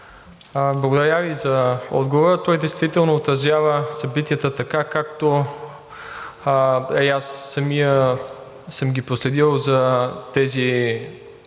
благодаря Ви за отговора. Той действително отразява събитията така, както и аз самият съм ги проследил за тези вече малко